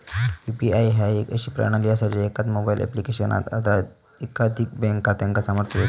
UPI ह्या एक अशी प्रणाली असा ज्या एकाच मोबाईल ऍप्लिकेशनात एकाधिक बँक खात्यांका सामर्थ्य देता